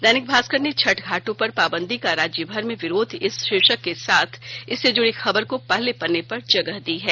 दैनिक भास्कर ने छठ घाटों पर पाबंदी का राज्यभर में विरोध इस शीर्षक के साथ इससे जुड़ी खबर को पहले पन्ने पर जगह दी है